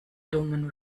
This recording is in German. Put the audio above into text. dummen